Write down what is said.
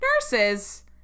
Nurses